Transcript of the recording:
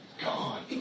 gone